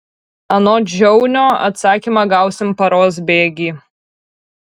anot žiaunio atsakymą gausim paros bėgy